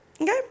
Okay